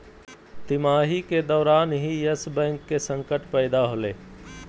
तिमाही के दौरान ही यस बैंक के संकट पैदा होलय